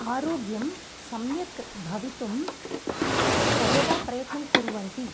आरोग्यं सम्यक् भवितुं सर्वदा प्रयत्नं कुर्वन्ति